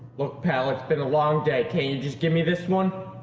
look, pal, it's been a long day. can you just gimmee this one